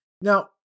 Now